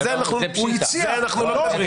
על זה אנחנו לא מדברים.